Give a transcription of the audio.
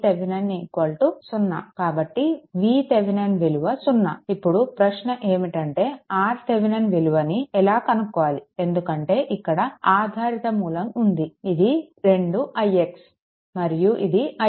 కాబట్టి VThevenin విలువ సున్నా ఇప్పుడు ప్రశ్న ఏమిటంటే RThevenin విలువని ఎలా కనుక్కోవాలి ఎందుకంటే ఇక్కడ ఆధారిత మూలం ఉంది ఇది 2 ix మరియు ఇది ix